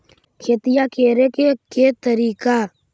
खेतिया करेके के तारिका?